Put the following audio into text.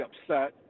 upset